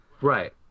Right